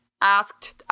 asked